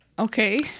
Okay